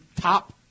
top